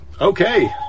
okay